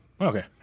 okay